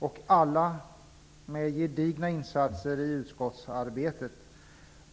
Ni har alla gjort gedigna insatser i utskottsarbetet.